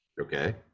Okay